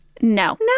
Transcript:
No